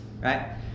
Right